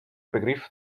begriff